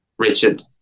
Richard